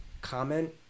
comment